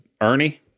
Ernie